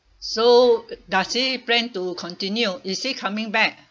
so does he plan to continue is he coming back